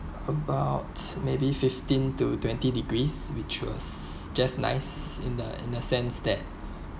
about maybe fifteen to twenty degrees which was just nice in a in a sense that